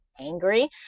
angry